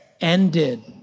Ended